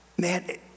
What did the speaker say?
man